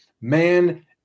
man